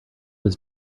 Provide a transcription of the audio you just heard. his